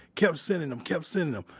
kept sending them, kept sending them.